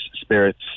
spirits